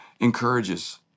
encourages